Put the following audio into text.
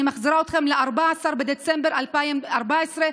אני מחזירה אתכם ל-14 בדצמבר 2014,